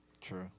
True